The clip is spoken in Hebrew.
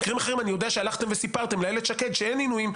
במקרים אחרים אני יודע שהלכתם וסיפרתם לאילת שקד שאין עינויים,